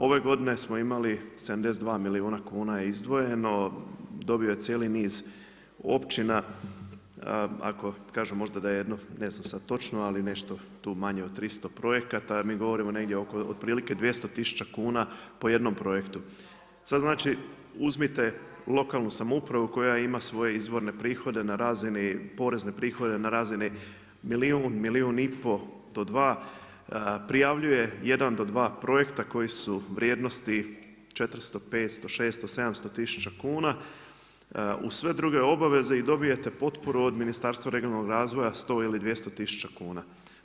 Ove godine smo imali 72 milijuna kuna je izdvojeno, dobio je cijeli niz općina ako kažem da je jedno ne znam sada točno, ali nešto tu manje od 300 projekata, a mi govorimo oko otprilike 200 tisuća kuna po jednom projektu, sada znači uzmite lokalnu samoupravu koja ima svoje izvorne porezne prihode na razini milijun, milijun i pol do dva, prijavljuje jedan do dva projekta koji su vrijednosti 400, 500, 600, 700 tisuća kuna uz sve druge obaveze i dobijete potporu od Ministarstva regionalnog razvoja 100 ili 200 tisuća kuna.